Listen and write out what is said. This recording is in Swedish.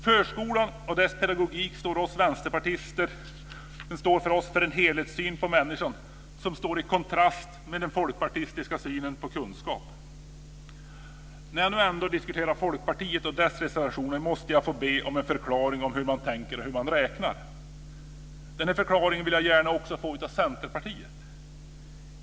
Förskolan och dess pedagogik står för oss vänsterpartister för en helhetssyn på människan som står i kontrast till den folkpartistiska synen på kunskap. När jag ändå diskuterar Folkpartiet och de reservationerna måste jag få be om en förklaring om hur man tänker och räknar. En sådan förklaring skulle jag också vilja ha från Centerpartiet.